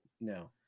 no